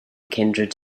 kindred